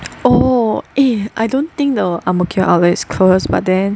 oh eh I don't think the Ang Mo Kio outlets is closed but then